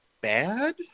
bad